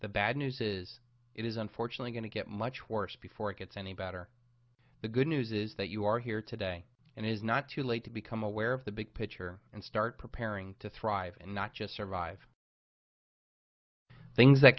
the bad news is it is unfortunately going to get much worse before it gets any better the good news is that you are here today and it is not too late to become aware of the big picture and start preparing to thrive and not just survive things that